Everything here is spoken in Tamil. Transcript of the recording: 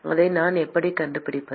அதை எப்படி கண்டுபிடிப்பது